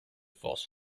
false